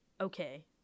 Okay